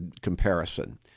comparison